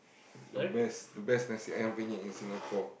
the best the best Nasi Ayam Penyet in Singapore